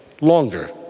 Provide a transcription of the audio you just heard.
longer